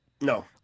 No